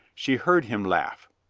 she heard him laugh.